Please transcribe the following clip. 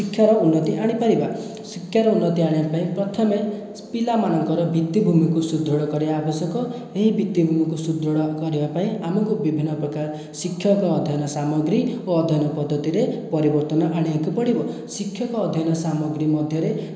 ଶିକ୍ଷାରେ ଉନ୍ନତି ଆଣିପାରିବା ଶିକ୍ଷାରେ ଉନ୍ନତି ଆଣିବା ପାଇଁ ପ୍ରଥମେ ପିଲାମାନଙ୍କର ଭିତ୍ତିଭୂମିକୁ ସୁଦୃଢ଼ କରିବା ଆବଶ୍ୟକ ଏହି ଭିତ୍ତିଭୂମିକୁ ସୁଦୃଢ଼ କରିବା ପାଇଁ ଆମକୁ ବିଭିନ୍ନ ପ୍ରକାର ଶିକ୍ଷକ ଅଧ୍ୟୟନ ସାମଗ୍ରୀ ଓ ଅଧ୍ୟୟନ ପଦ୍ଧତିରେ ପରିବର୍ତ୍ତନ ଆଣିବାକୁ ପଡ଼ିବ ଶିକ୍ଷକ ଅଧ୍ୟୟନ ସାମଗ୍ରୀ ମଧ୍ୟରେ